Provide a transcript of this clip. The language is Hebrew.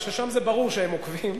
ששם ברור שהם עוקבים,